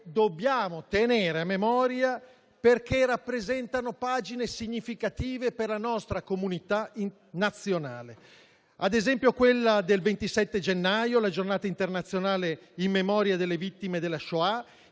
dobbiamo tenere a memoria, perché rappresentano pagine significative per la nostra comunità nazionale. Cito ad esempio quella del 27 gennaio, la Giornata internazionale in memoria delle vittime della *Shoah*;